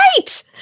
Right